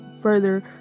further